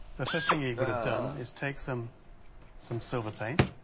the first thing he would have done is take some some silver paint.